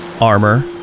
armor